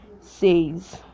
says